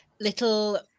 little